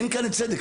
אין כאן צדק.